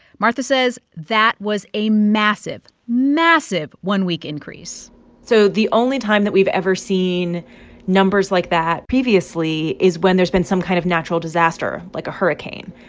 martha says that was a massive, massive one-week increase so the only time that we've ever seen numbers like that previously is when there's been some kind of natural disaster, like a hurricane.